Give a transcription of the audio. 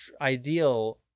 ideal